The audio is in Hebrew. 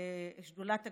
את שדולת הגליל,